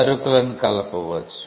సరుకులను కలపవచ్చు